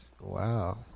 Wow